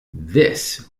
this